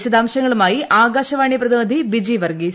വിശദാംശങ്ങളുമായി ആകാശവാണി പ്രതിനിധി ബിജി വർഗ്ഗീസ്